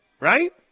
Right